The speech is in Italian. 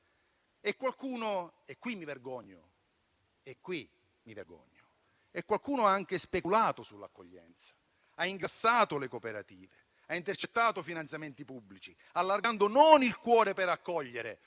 e qui mi vergogno - ha anche speculato sull'accoglienza, ha ingrassato le cooperative e ha intercettato finanziamenti pubblici, allargando non il cuore per accogliere,